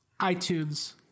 iTunes